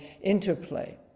interplay